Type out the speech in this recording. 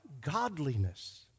godliness